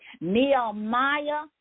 Nehemiah